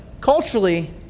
culturally